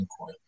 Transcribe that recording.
Bitcoin